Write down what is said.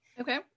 Okay